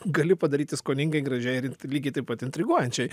gali padaryti skoningai gražiai ir lygiai taip pat intriguojančiai